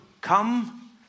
come